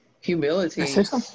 Humility